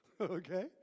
Okay